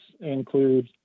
include